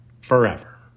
forever